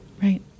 right